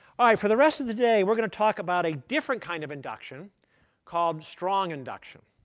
ah for the rest of the day, we're going to talk about a different kind of induction called strong induction.